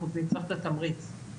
אנחנו נצטרך את התמריץ.